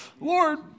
Lord